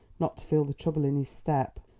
not to feel the trouble in his step.